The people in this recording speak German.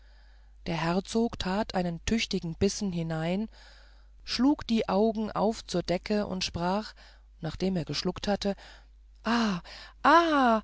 der herzog tat einen tüchtigen biß hin ein schlug die augen auf zur decke und sprach nachdem er geschluckt hatte ah